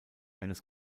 eines